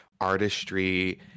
artistry